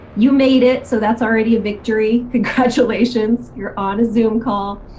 you made it so that's already a victory. congratulations you're on a zoom call.